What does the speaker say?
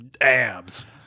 Abs